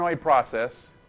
process